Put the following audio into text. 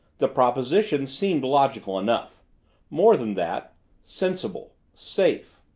the proposition seemed logical enough more than that sensible, safe.